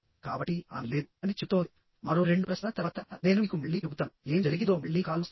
కాబట్టి ఆమె లేదు అని చెబుతోంది మరో రెండు ప్రశ్నల తర్వాత నేను మీకు మళ్ళీ చెబుతాను ఏమి జరిగిందో మళ్ళీ కాల్ వస్తుంది